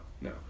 no